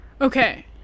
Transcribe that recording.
Okay